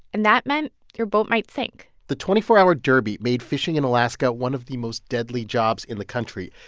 and that meant your boat might sink the twenty four hour derby made fishing in alaska one of the most deadly jobs in the country.